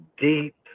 deep